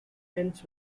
ends